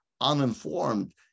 uninformed